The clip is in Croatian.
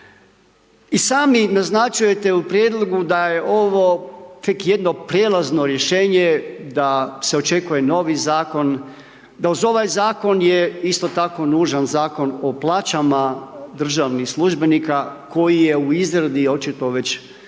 I sami naznačujete u prijedlogu da je ovo tek jedno prijelazno rješenje, da se očekuje novi zakon, da uz ovaj zakon je isto tako nužan Zakon o plaćama državnih službenika koji je u izradi očito već dugi